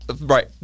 Right